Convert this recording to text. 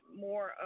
more